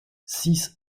six